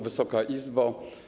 Wysoka Izbo!